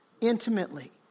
intimately